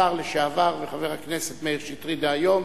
השר לשעבר וחבר הכנסת מאיר שטרית דהיום,